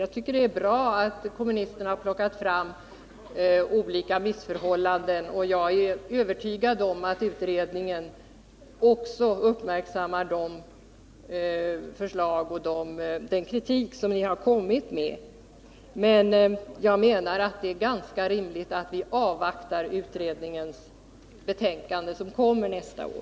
Jag tycker det är bra att kommunisterna har visat på olika missförhållanden, och jag är övertygad om att utredningen också uppmärksammar de förslag och den kritik som kommunisterna har kommit med. Jag menar emellertid att det är ganska rimligt att avvakta utredningens betänkande som läggs fram nästa år.